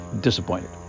disappointed